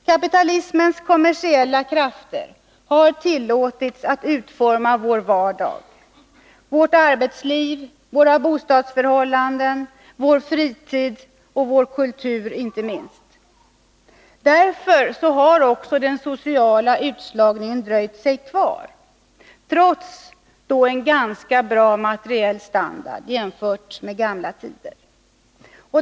Kapitalismens kommersiella krafter har tillåtits att utforma vår vardag, vårt arbetsliv, våra bostadsförhållanden, vår fritid och vår kultur inte minst. Därför har också den sociala utslagningen dröjt sig kvar — trots en ganska bra materiell standard, jämfört med gamla tider.